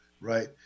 Right